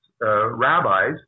rabbis